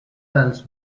welsh